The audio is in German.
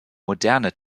moderne